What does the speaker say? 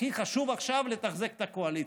הכי חשוב עכשיו לתחזק את הקואליציה,